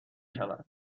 شود